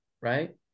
right